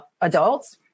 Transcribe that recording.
adults